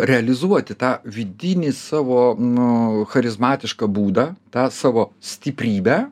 realizuoti tą vidinį savo nu charizmatišką būdą tą savo stiprybę